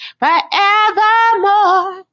forevermore